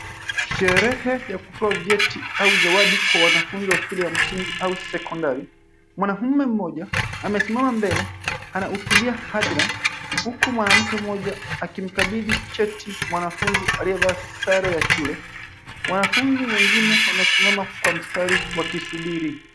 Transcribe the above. Sherehe ya kutoa vyeti au zawadi kwa wanafunzi wa shule ya msingi au sekondari mwanaume mmoja amesimama mbele anautumia hadhira huku mwanamke mmoja akimkabidhi cheti mwanafunzi aliyevaa sare ya shule wanafunzi wengine wamesimama kwa mstari wakisubiri.